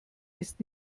ist